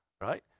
right